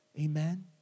Amen